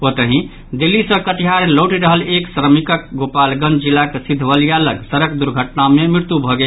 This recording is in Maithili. ओतहि दिल्ली सँ कटिहार लौटि रहल एक श्रमिकक गोपालगंज जिलाक सिघवलिया लग सड़क दुर्घटना मे मृत्यु भऽ गेल